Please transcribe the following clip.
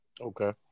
Okay